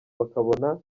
bakabona